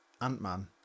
Ant-Man